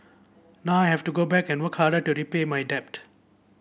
now I have to go back and work harder to repay my debt